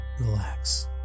relax